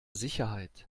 sicherheit